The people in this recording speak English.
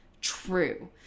true